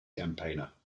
campaigner